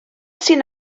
sydd